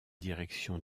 direction